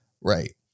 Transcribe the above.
right